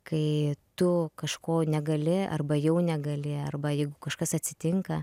kai tu kažko negali arba jau negali arba jeigu kažkas atsitinka